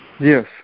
Yes